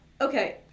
Okay